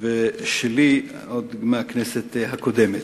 ושלי עוד מהכנסת הקודמת.